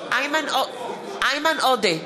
איימן עודה,